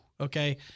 Okay